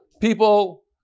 people